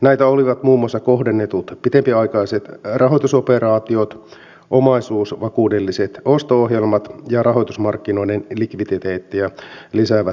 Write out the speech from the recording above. näitä olivat muun muassa kohdennetut pitempiaikaiset rahoitusoperaatiot omaisuusvakuudelliset osto ohjelmat ja rahoitusmarkkinoiden likviditeettiä lisäävät toimenpiteet